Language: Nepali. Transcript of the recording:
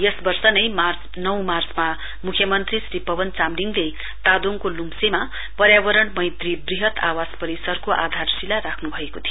यसै वर्ष नौ मार्चमा मुख्यमन्त्री श्री पवन चामलिङले तादोङको लुम्सेमा वर्यावरण मैत्री वृहत आवास परिसरको आधारशिला राख्नभएको थियो